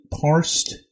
parsed